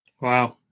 Wow